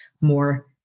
more